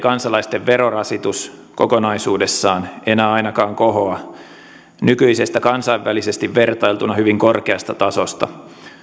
kansalaisten verorasitus kokonaisuudessaan enää ainakaan kohoa nykyisestä kansainvälisesti vertailtuna hyvin korkeasta tasosta